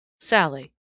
Sally